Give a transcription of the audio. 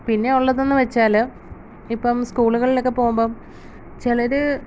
പിന്നെ ഉള്ളതെന്നു വെച്ചാൽ ഇപ്പം സ്കൂളുകളിലൊക്കെ പോവുമ്പം ചിലർ